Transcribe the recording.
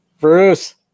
Bruce